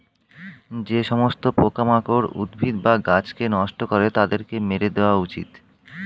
যে সমস্ত পোকামাকড় উদ্ভিদ বা গাছকে নষ্ট করে তাদেরকে মেরে দেওয়া উচিত